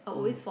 mm